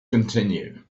continue